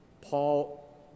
Paul